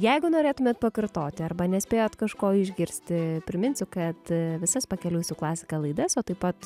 jeigu norėtumėt pakartoti arba nespėjot kažko išgirsti priminsiu kad visas pakeliui su klasika laidas o taip pat